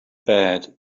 bad